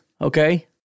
okay